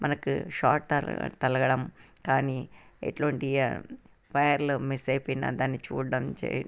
మనకు షార్ట్ తగిలి తగలడం కానీ ఎటువంటి ఫైర్లో మిస్ అయిపోయిన దాన్ని చూడ్డం చేయడం